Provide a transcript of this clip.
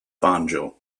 banjo